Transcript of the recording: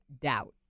doubt